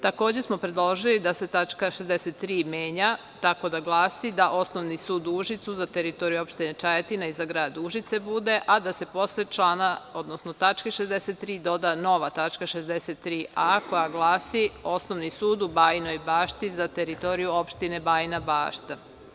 Takođe smo predložili da se tačka 63. menja tako da glasi da Osnovni sud u Užicu za teritoriju opštine Čajetina i za grad Užice bude, a da se posle člana, odnosno tačke 63. doda nova tačka 63a koja glasi – Osnovni sud u Bajinoj Bašti za teritoriju opštine Bajina Bašta.